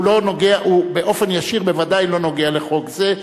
הוא באופן ישיר בוודאי לא נוגע לחוק זה,